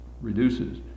reduces